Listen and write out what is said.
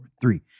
three